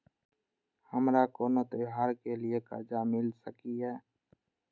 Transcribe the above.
हमारा कोनो त्योहार के लिए कर्जा मिल सकीये?